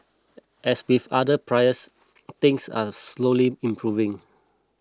as with other pries things are slowly improving